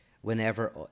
whenever